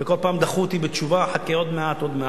וכל פעם דחו אותי בתשובה: חכה עוד מעט, עוד מעט.